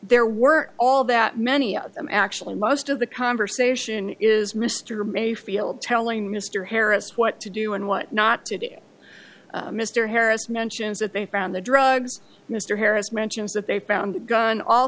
there were all that many of them actually most of the conversation is mr mayfield telling mr harris what to do and what not to do mr harris mentions that they found the drugs mr harris mentions that they found the gun all